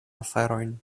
aferojn